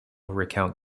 recount